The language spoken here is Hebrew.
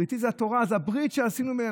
בריתי זה התורה, זה הברית שעשינו.